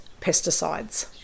pesticides